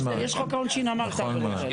יש חוק העונשין, אמר את העבירות האלה.